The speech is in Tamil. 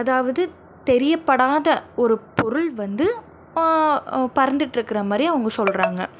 அதாவது தெரியப்படாத ஒரு பொருள் வந்து பறந்துட்டு இருக்கிற மாதிரி அவங்க சொல்கிறாங்க